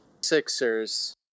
Sixers